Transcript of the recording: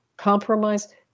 Compromise